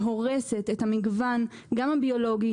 שהורסת את המגוון הביולוגי.